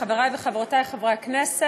אפס.